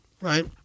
right